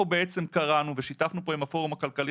אנחנו בעצם קראנו ובשותפות עם הפורום הכלכלי